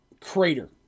crater